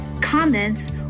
comments